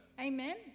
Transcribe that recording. Amen